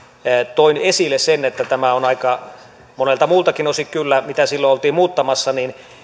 toin esille sen että tämä on aika monelta muultakin osin kyllä mitä silloin oltiin muuttamassa